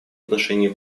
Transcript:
отношении